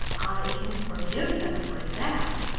i can forgive them for that.